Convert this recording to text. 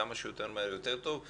כמה שיותר מהר יותר טוב.